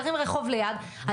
גרים רחוב ליד,